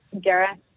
Gareth